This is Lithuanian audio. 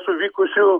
su vykusiu